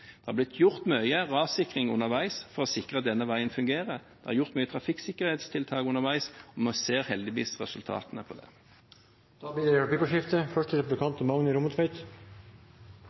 Det har blitt gjort mye rassikring underveis for å sikre at denne veien fungerer, det er gjort mange trafikksikkerhetstiltak underveis, og vi ser heldigvis resultatene av det. Det blir replikkordskifte.